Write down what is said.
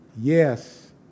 Yes